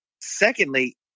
secondly